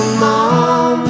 mom